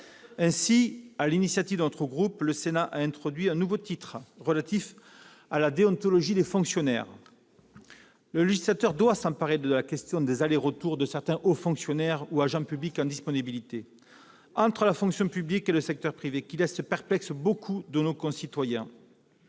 Aussi, sur l'initiative de notre groupe, le Sénat a introduit un nouveau titre relatif à la déontologie des fonctionnaires. Le législateur doit s'emparer de la question des allers et retours de certains hauts fonctionnaires ou agents publics en disponibilité, entre la fonction publique et le secteur privé, qui laissent perplexes beaucoup de nos concitoyens.